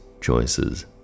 choices